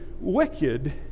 wicked